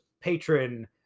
patron